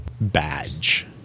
badge